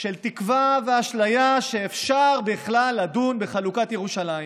של תקווה ואשליה שאפשר בכלל לדון בחלוקת ירושלים.